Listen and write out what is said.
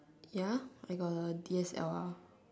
ya I got a D_S_L_R